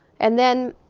and then,